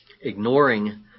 ignoring